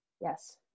Yes